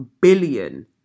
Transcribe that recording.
billion